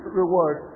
reward